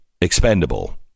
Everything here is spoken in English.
expendable